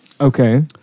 Okay